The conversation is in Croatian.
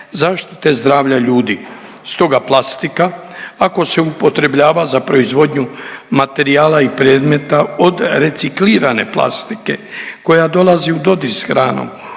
zaštite zdravlja ljudi. Stoga plastika ako se upotrebljava za proizvodnju materijala i predmeta od reciklirane plastike koja dolazi u dodir s hranom